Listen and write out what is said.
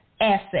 asset